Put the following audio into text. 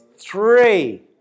three